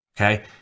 Okay